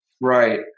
Right